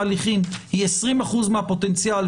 אני אוכל באמת לומר שזה הופך את כל ההסדר הזה לחסר תועלת.